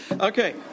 okay